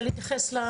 להתייחס?